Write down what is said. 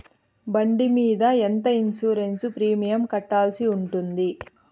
బండి మీద ఎంత ఇన్సూరెన్సు ప్రీమియం కట్టాల్సి ఉంటుంది?